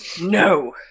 No